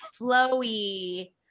flowy